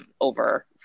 over